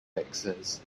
taxes